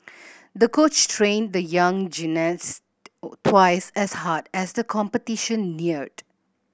the coach trained the young gymnast twice as hard as the competition neared